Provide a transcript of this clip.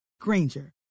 Granger